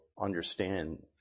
understand